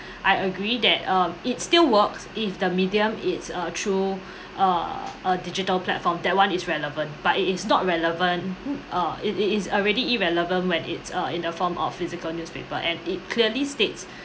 I agree that um it still works if the medium it's a true uh a digital platform that one is relevant but it is not relevant uh i~ i~ it's already irrelevant when it uh in the form of physical newspaper and it clearly states